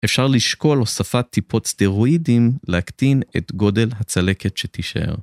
אפשר לשקול הוספת טיפות סטרואידים להקטין את גודל הצלקת שתשאר.